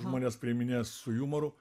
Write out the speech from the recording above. žmonės priiminėja su jumoru